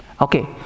Okay